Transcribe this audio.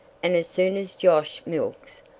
and as soon as josh milks,